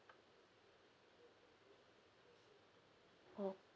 mm